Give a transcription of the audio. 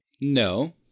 No